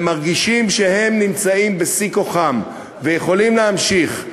ומרגישים שהם נמצאים בשיא כוחם ויכולים להמשיך,